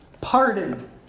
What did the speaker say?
Pardon